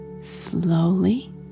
Slowly